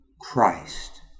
Christ